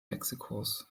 mexikos